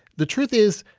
the truth is,